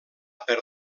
per